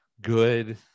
good